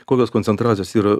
kokios koncentracijos yra